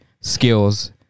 skills